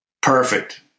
Perfect